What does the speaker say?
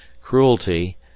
cruelty